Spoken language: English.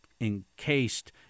encased